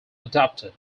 adapted